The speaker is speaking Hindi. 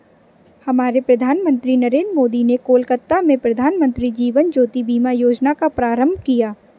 हमारे प्रधानमंत्री नरेंद्र मोदी ने कोलकाता में प्रधानमंत्री जीवन ज्योति बीमा योजना का प्रारंभ किया